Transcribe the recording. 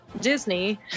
disney